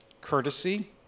courtesy